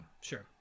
Sure